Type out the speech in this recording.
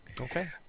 Okay